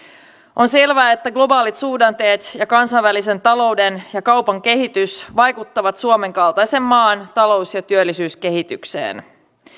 on selvää että globaalit suhdanteet ja kansainvälisen talouden ja kaupan kehitys vaikuttavat suomen kaltaisen maan talous ja työllisyyskehitykseen